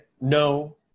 no